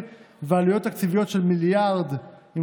ועלויות תקציביות של מיליארד שקלים,